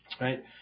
right